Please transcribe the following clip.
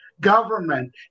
government